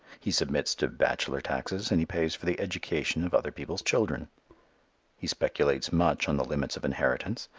he submits to bachelor taxes and he pays for the education of other people's children he speculates much on the limits of inheritance,